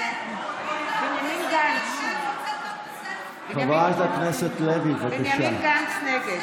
ביזיון של הסלפי במליאה.